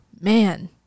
man